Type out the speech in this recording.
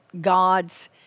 God's